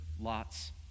Lot's